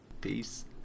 Peace